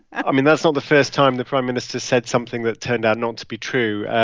i mean, that's not the first time the prime minister said something that turned out not to be true.